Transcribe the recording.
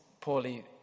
poorly